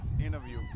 interview